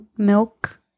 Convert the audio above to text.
Milk